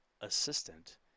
assistant